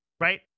right